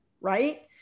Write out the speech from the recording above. right